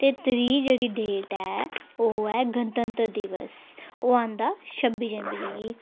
ते त्रीऽ जेह्ड़ी डेट ऐ ओह् ऐ गणतंत्र दिवस ओह् औंदा छब्बी जनवरी गी